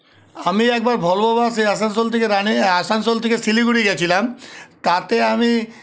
আমি একবার ভলভো বাসে আসানসোল থেকে রানী আসানসোল থেকে শিলিগুড়ি গেছিলাম তাতে আমি